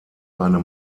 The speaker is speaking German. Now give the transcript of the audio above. eine